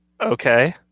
okay